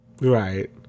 right